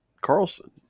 Carlson